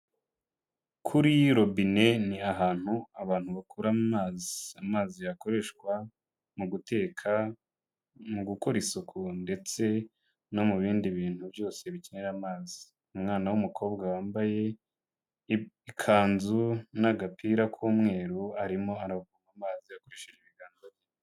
Kuri robine ni ahantu abantu bakura amazi, amazi akoreshwa mu guteka, mu gukora isuku ndetse no mu bindi bintu byose bikenera amazi. Umwana w'umukobwa wambaye ikanzu n'agapira k'umweru arimo aravoma amazi ayafashe mu biganza byombi.